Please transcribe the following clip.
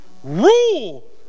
Rule